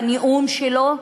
בנאום שלו,